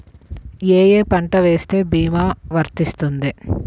ఏ ఏ పంటలు వేస్తే భీమా వర్తిస్తుంది?